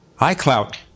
iCloud